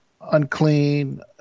unclean